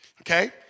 Okay